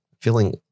feeling